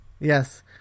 Yes